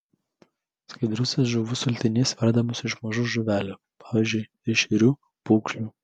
skaidrusis žuvų sultinys verdamas iš mažų žuvelių pavyzdžiui ešerių pūgžlių